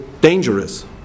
dangerous